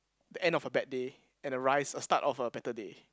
the end of a bad day and the rise a start of a better day